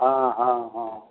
हँ हँ हँ